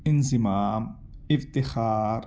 Inzamam Iftikhar